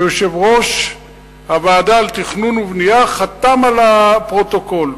שיושב-ראש הוועדה לתכנון ובנייה חתם על הפרוטוקול.